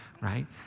Right